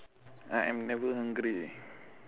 I am never hungry